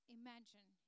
imagine